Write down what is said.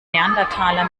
neandertaler